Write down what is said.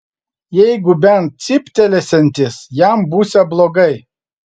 jeigu bent cyptelėsiantis jam būsią blogai